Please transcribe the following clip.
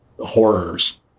horrors